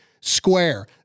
Square